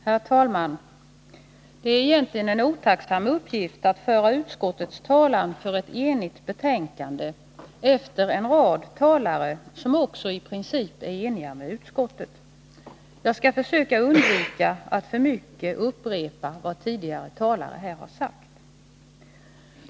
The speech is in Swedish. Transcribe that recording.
Herr talman! Det är egentligen en otacksam uppgift att föra utskottets talan för ett enigt betänkande efter en rad talare som också i princip är eniga med utskottet. Jag skall försöka undvika att för mycket upprepa vad tidigare talare har sagt.